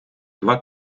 два